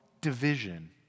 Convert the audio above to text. division